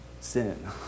sin